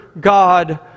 God